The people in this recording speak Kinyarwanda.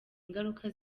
ingaruka